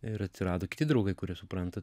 ir atsirado kiti draugai kurie supranta